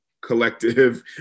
collective